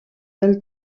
del